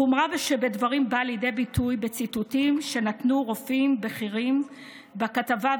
החומרה שבדברים באה לידי ביטוי בציטוטים שנתנו רופאים בכירים בכתבה,